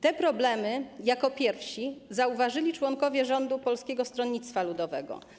Te problemy jako pierwsi zauważyli członkowie rządu Polskiego Stronnictwa Ludowego.